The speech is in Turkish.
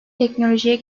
teknolojiye